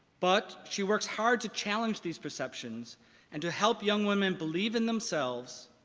but she works hard to challenge these perceptions and to help young women believe in themselves.